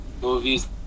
movies